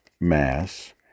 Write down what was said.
Mass